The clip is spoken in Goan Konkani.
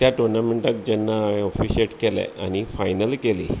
त्या टुर्नामेंटाक जेन्ना हायें ऑफिशीएट केलें आनी फायनल केली